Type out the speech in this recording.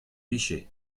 vije